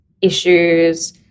issues